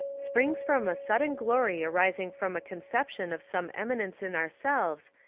springs from a sudden glory arising from a conception of some eminence in our selves,